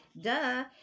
duh